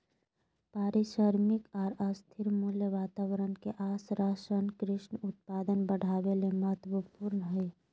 पारिश्रमिक आर स्थिर मूल्य वातावरण के आश्वाशन कृषि उत्पादन बढ़ावे ले महत्वपूर्ण हई